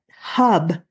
hub